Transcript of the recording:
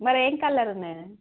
మరి ఏమి కలర్ ఉన్నాయి